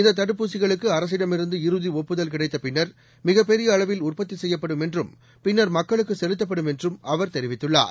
இந்த தடுப்பூசிகளுக்கு அரசிடமிருந்து இறுதி ஒப்புதல் கிடைத்த பின்னர் மிகப் பெரிய அளவில் உற்பத்தி செய்யப்படும் என்றும் பின்னர் மக்களுக்கு செலுத்தப்படும் என்றும் அவர் தெரிவித்துள்ளார்